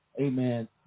amen